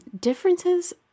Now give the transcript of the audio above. differences